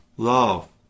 Love